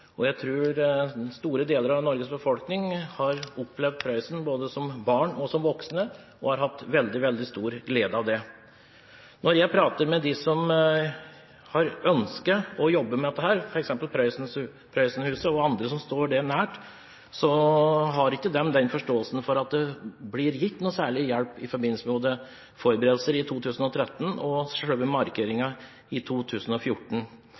Jeg tror store deler av Norges befolkning har opplevd Prøysen både som barn og som voksne og har hatt veldig stor glede av det. Når jeg prater med dem som har ønske om å jobbe med dette, f.eks. Prøysenhuset og andre som står det nært, har ikke de den oppfatningen at det blir gitt noe særlig hjelp i forbindelse med verken forberedelser i 2013 eller selve markeringen i 2014.